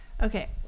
Okay